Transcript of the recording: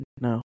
No